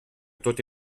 tot